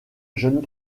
jeunes